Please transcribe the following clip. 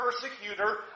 persecutor